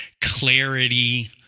clarity